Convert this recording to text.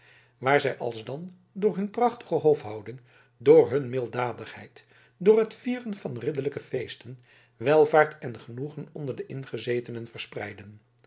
waar zij alsdan door hun prachtige hofhouding door hun milddadigheid door het vieren van ridderlijke feesten welvaart en genoegen onder de ingezetenen verspreidden